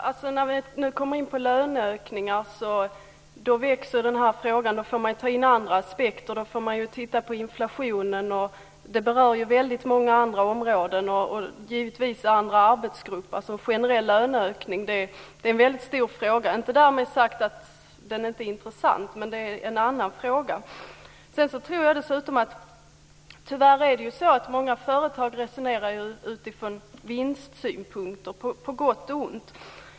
Fru talman! När vi kommer in på löneökningar växer frågan. Då får vi ta in andra aspekter. Då får man titta på inflationen. Det berör väldigt många andra områden och givetvis andra arbetsgrupper. En generell löneökning är en väldigt stor fråga. Därmed inte sagt att den inte är intressant, men det är en annan fråga. Jag tror dessutom att det tyvärr är så att många företag resonerar utifrån vinstsynpunkt, på gott och ont.